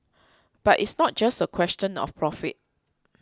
but it's not just a question of profit